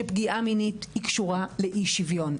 שפגיעה מינית היא קשורה לאי שוויון,